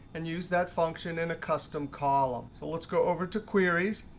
and use that function in a custom column. so let's go over to queries.